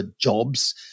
jobs